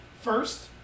First